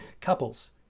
couples